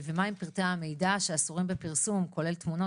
ומה עם פרטי המידע שאסורים בפרסום כולל תמונות,